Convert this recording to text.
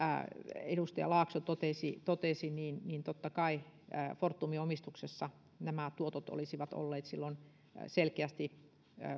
edustaja laakso totesi niin niin totta kai fortumin omistuksessa nämä tuotot olisivat olleet silloin selkeästi